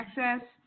access